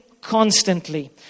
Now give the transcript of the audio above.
constantly